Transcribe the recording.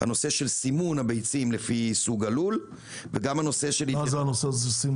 הנושא של סימון הביצים לפי סוג הלול --- מה זה הסימון הזה?